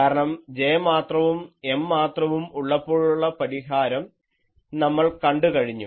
കാരണം J മാത്രവും M മാത്രവും ഉള്ളപ്പോഴുള്ള പരിഹാരം നമ്മൾ കണ്ടുകഴിഞ്ഞു